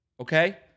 okay